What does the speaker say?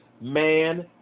man